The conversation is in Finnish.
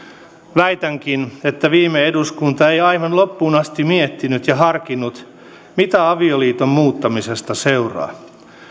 väitänkin että viime eduskunta ei aivan loppuun asti miettinyt ja harkinnut mitä avioliiton muuttamisesta seuraa